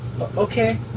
Okay